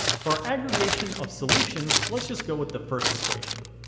for our aggregation of solutions. let's just go with the first equation